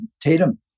Tatum